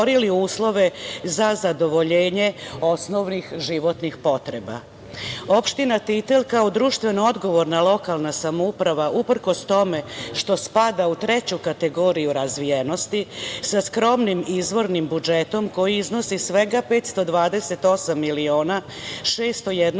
uslove za zadovoljenje osnovnih životnih potreba. Opština Titel kao društveno-odgovorna samouprava, uprkos tome što spada u treću kategoriju razvijenosti, sa skromnim izvornim budžetom, koji iznosi svega 528.601.927,00